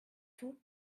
tout